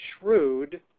shrewd